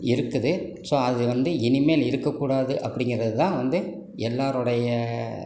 இருக்குது ஸோ அது வந்து இனிமேல் இருக்கக்கூடாது அப்படிங்கிறது தான் வந்து எல்லோரோடைய